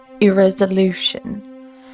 irresolution